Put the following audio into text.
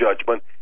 judgment